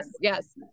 yes